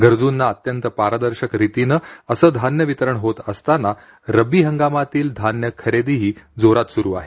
गरजूंना अत्यंत परदर्शक रितीनं असं धान्य वितरण होत असताना रब्बी हंगामातली धान्य खरेदीही जोरात सूरू आहे